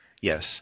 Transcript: Yes